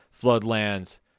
Floodlands